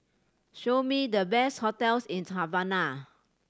show me the best hotels in Havana